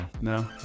No